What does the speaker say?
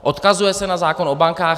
Odkazuje se na zákon o bankách.